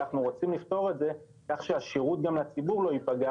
אנחנו רוצים לפתור את זה כך שהשירות גם לציבור לא ייפגע